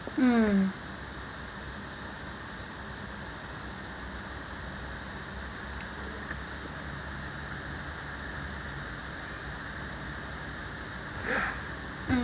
mm mm